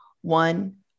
one